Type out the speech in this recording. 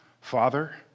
Father